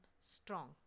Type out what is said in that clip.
strong